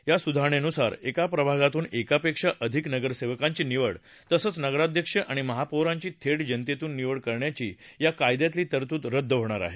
या सुधारणेनुसार एका प्रभागातून एकापेक्षा अधिक नगरसेवकांची निवड तसंच नगराध्यक्ष आणि महापौरांची थेट जनतेतून निवड करण्याची या कायद्यातली तरतूद रद्द होणार आहे